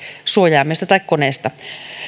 suojaimesta tai koneesta